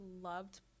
loved